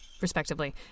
respectively